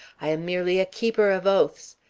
i am merely a keeper of oaths.